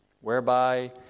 whereby